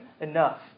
enough